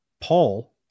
Paul